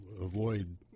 avoid